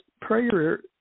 prayer